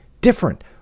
different